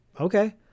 okay